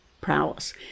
prowess